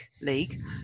league